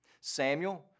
Samuel